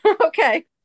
okay